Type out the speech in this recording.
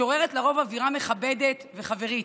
שוררת לרוב אווירה מכבדת וחברית.